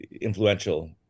influential